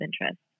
interest